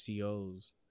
COs